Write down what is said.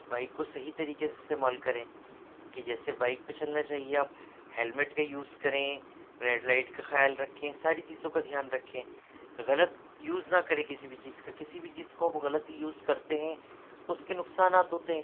bike کو صحیح طریقے سے استعمال کریں کہ جیسے بائک پہ چلنا چاہئے یا ہیلمیٹ کا یوز کریں ریڈ لائٹ کا خیال رکھیں ساری چیزوں کا دھیان رکھیں غلط یوز نہ کریں کسی بھی چیز کا کسی بھی چیز کو آپ غلط یوز کرتے ہیں تو اس کے نقصانات ہوتے ہیں